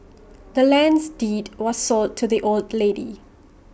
the land's deed was sold to the old lady